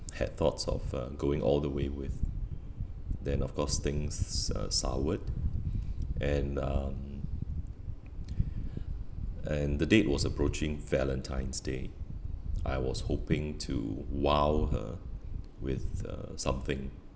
had thoughts of uh going all the way with then of course things uh soured and um and the date was approaching valentine's day I was hoping to wow her with uh something